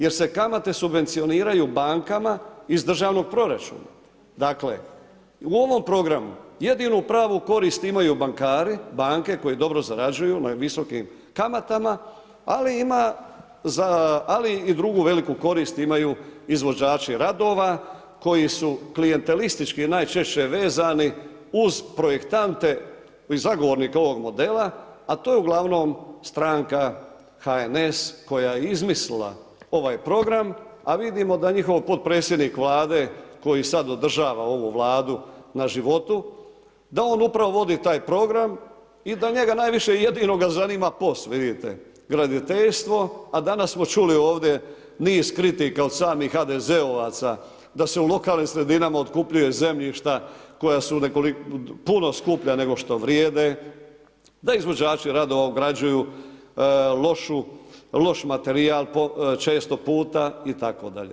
Jer se kamate subvencioniraju bankama iz državnog proračuna, dakle u ovom programu jedinu pravu korist imaju bankari, banke koje dobro zarađuju na visokim kamatama, ali i drugu veliku korist imaju izvođači radova koji su klijentelistički najčešće vezani uz projektante i zagovornike ovog modela, a to je uglavnom stranka HNS koja je izmislila ovaj program, a vidimo da njihov potpredsjednik Vlade koji sada održava ovu Vladu na životu da on upravo vodi taj program i da njega najviše i jedinoga ga zanima POS vidite, graditeljstvo, a danas smo čuli ovdje niz kritika od stranih HDZ-ovaca da se u lokalnim sredinama otkupljuju zemljišta koja su puno skuplja nego što vrijede, da izvođači radova ugrađuju loš materijal često puta itd.